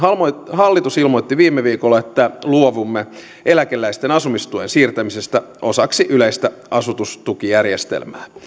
hallitus ilmoitti viime viikolla että luovumme eläkeläisten asumistuen siirtämisestä osaksi yleistä asumistukijärjestelmää